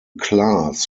class